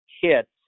hits